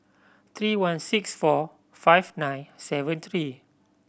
three one six four five nine seven three